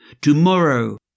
Tomorrow